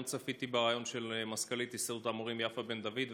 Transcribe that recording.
גם אני צפיתי בריאיון של מזכ"לית הסתדרות המורים יפה בן דוד,